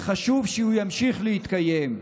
וחשוב שהוא ימשיך להתקיים.